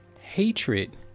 Hatred